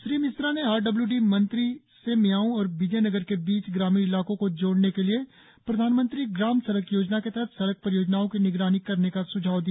श्री मिश्रा ने R W D मंत्री से मियाओ और विजयनगर के बीच ग्रामीण इलाकों को जोड़ने के लिए प्रधानमंत्री ग्राम सड़क योजना के तहत सड़क परियोजनाओं की निगरानी करने का सुझाव दिया